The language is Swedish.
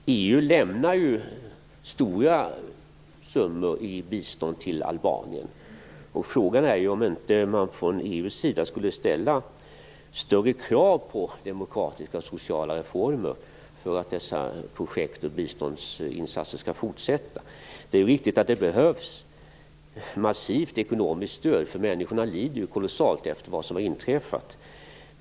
Fru talman! EU lämnar ju stora summor i bistånd till Albanien. Frågan är om man inte från EU:s sida skulle ställa större krav på demokratiska och sociala reformer för att dessa projekt och biståndsinsatser skall fortsätta. Det är riktigt att det behövs ett massivt ekonomiskt stöd, för människorna lider kolossalt efter det som har inträffat.